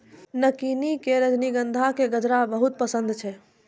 नलिनी कॅ रजनीगंधा के गजरा बहुत पसंद छै